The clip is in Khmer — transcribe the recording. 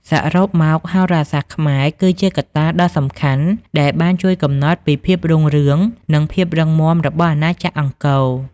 សរុបមក ហោរាសាស្ត្រខ្មែរគឺជាកត្តាដ៏សំខាន់ដែលបានជួយកំណត់ពីភាពរុងរឿងនិងភាពរឹងមាំរបស់អាណាចក្រអង្គរ។